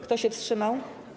Kto się wstrzymał?